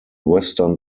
western